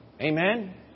Amen